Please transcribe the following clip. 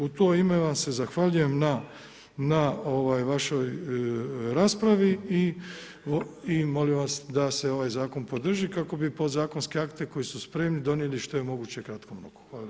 U to ime vam se zahvaljujem na vašoj raspravi i molim vas da se ovaj zakon podrži kako bi podzakonske akte koji su spremni donijeli što je moguće u kratkom roku.